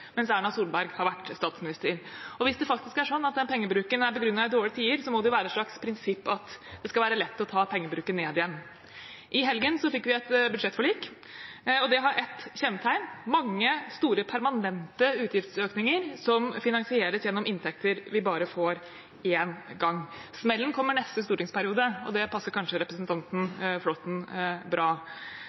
mens Erna Solberg har vært statsminister. Hvis det faktisk er sånn at pengebruken er begrunnet i dårlige tider, må det være et slags prinsipp at det skal være lett å ta pengebruken ned igjen. I helgen fikk vi et budsjettforlik, og det har ett kjennetegn: mange store, permanente utgiftsøkninger som finansieres gjennom inntekter vi bare får én gang. Smellen kommer neste stortingsperiode, og det passer kanskje representanten Flåtten bra.